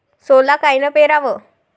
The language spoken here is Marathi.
सोला कायनं पेराव?